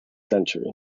century